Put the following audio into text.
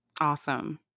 Awesome